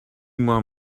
more